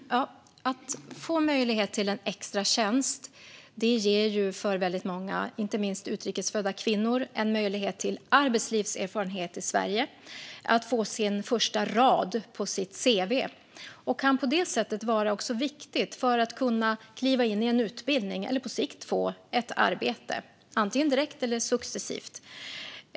Fru talman! Att få möjlighet till en extratjänst ger för väldigt många, inte minst utrikes födda kvinnor, en arbetslivserfarenhet i Sverige och den första raden på cv:t. En extratjänst kan på det sättet också vara viktigt för att de ska kunna kliva in i en utbildning eller på sikt få ett arbete, antingen direkt eller successivt.